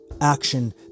action